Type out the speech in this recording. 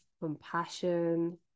compassion